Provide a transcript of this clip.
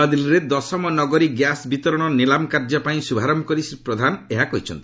ନ୍ତଆଦିଲ୍ଲୀରେ ଦଶମ ନଗରୀ ଗ୍ୟାସ୍ ବିତରଣ ନିଲାମ କାର୍ଯ୍ୟ ପାଇଁ ଶ୍ରଭାରମ୍ଭ କରି ଶ୍ରୀ ପ୍ରଧାନ ଏହା କହିଛନ୍ତି